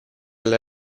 alle